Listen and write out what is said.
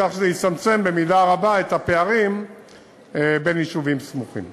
כך שזה יצמצם במידה רבה את הפערים בין יישובים סמוכים.